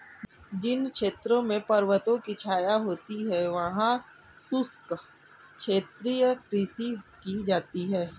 जिन क्षेत्रों में पर्वतों की छाया होती है वहां शुष्क क्षेत्रीय कृषि की जाती है